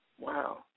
Wow